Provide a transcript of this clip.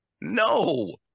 No